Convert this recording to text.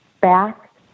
back